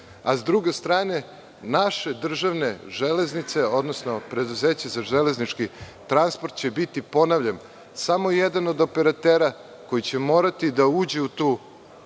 Sa druge strane, naše državne Železnice, odnosno Preduzeće za železnički transport će biti samo jedan od operatera koji će morati da uđe u tu tržišnu